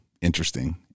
interesting